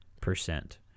percent